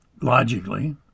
Logically